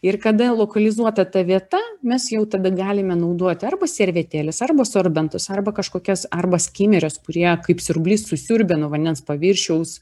ir kada lokalizuota ta vieta mes jau tada galime naudoti arba servetėles arba sorbentus arba kažkokias arba skimerius kurie kaip siurblys susiurbia nuo vandens paviršiaus